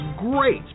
great